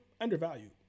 undervalued